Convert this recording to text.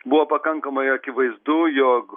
buvo pakankamai akivaizdu jog